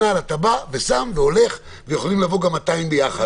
נעל אתה בא ושם והולך, ויכולים לבוא גם 200 ביחד.